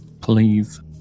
Please